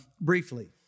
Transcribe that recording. briefly